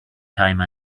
time